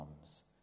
comes